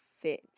fit